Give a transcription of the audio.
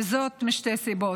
וזאת משתי סיבות: